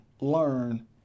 learn